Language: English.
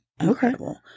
incredible